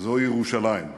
זו ירושלים.